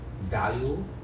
value